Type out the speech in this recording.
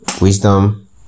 Wisdom